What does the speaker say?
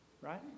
Right